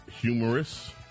humorous